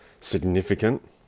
significant